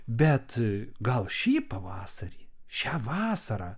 bet gal šį pavasarį šią vasarą